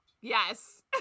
Yes